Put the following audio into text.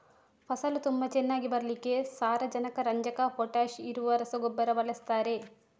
ಫಸಲು ತುಂಬಾ ಚೆನ್ನಾಗಿ ಬರ್ಲಿಕ್ಕೆ ಸಾರಜನಕ, ರಂಜಕ, ಪೊಟಾಷ್ ಇರುವ ರಸಗೊಬ್ಬರ ಬಳಸ್ತಾರೆ